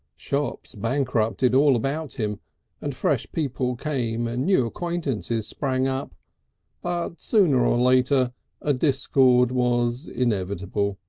shops bankrupted all about him and fresh people came and new acquaintances sprang up, but sooner or later a discord was inevitable,